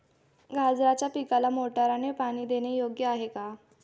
गाजराच्या पिकाला मोटारने पाणी देणे योग्य आहे का?